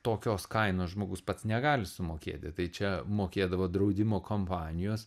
tokios kainos žmogus pats negali sumokėti tai čia mokėdavo draudimo kompanijos